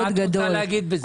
מה את רוצה להגיד בזה?